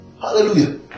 Hallelujah